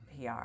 PR